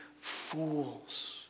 fools